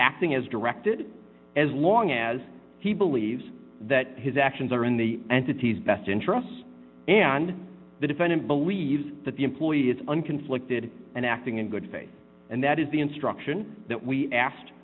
acting as directed as long as he believes that his actions are in the entities best interests and the defendant believes that the employee is an conflicted and acting in good faith and that is the instruction that we asked